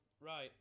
Right